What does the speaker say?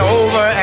over